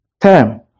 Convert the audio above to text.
term